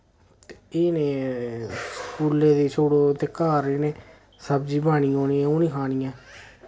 ते इ'नें स्कूलै दी छोड़ो ते घर इ'नें सब्जी पानी होनी ओ निं खानी ऐ